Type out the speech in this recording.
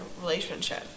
relationship